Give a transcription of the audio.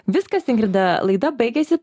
viskas ingrida laida baigėsi